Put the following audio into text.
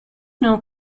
known